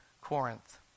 Corinth